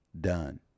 Done